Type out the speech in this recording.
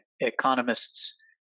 economist's